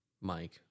Mike